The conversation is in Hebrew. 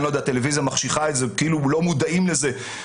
הטלוויזיה מחשיכה את זה כאילו לא מודעים לזה.